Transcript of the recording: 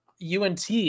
UNT